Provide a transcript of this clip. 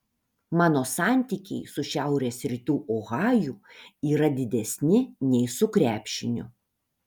mano santykiai su šiaurės rytų ohaju yra didesni nei su krepšiniu